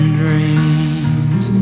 dreams